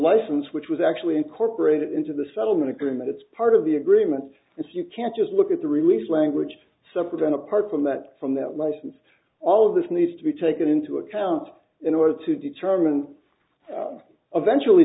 license which was actually incorporated into the settlement agreement it's part of the agreement if you can just look at the release language separate and apart from that from that license all of this needs to be taken into account in order to determine of eventually